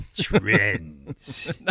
Trends